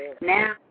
now